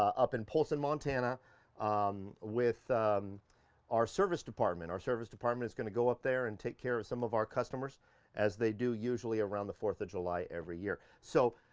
up in polson, montana um with um our service department. our service department is gonna go up there and take care of some of our customers as they do usually around the fourth of july every year. so,